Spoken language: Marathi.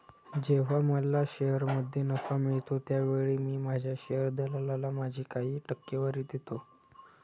जेव्हा मला शेअरमध्ये नफा मिळतो त्यावेळी मी माझ्या शेअर दलालाला माझी काही टक्केवारी देतो